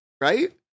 right